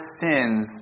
sins